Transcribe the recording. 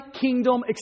kingdom